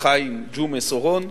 חיים ג'ומס אורון,